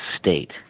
state